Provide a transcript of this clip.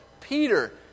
Peter